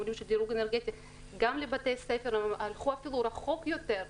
שאומרים שדירוג אנרגטי גם לבתי ספר - הם הלכו אפילו רחוק יותר.